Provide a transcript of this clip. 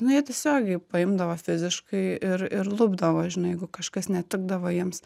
nu jie tiesiogiai paimdavo fiziškai ir ir lupdavo žinai jeigu kažkas netikdavo jiems